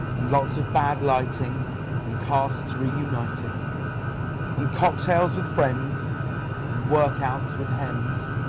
and lots of bad lighting and casts reuniting and cocktails with friends and workouts with hems